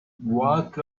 what